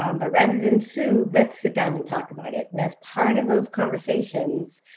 um but rather than sue, let's sit down and talk about it. and as part of those conversations,